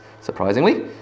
surprisingly